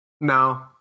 No